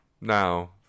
now